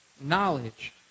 knowledge